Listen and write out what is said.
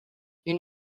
une